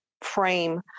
frame